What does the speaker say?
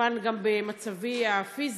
וכמובן גם במצבי הפיזי,